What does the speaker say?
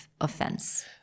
offense